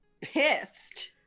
pissed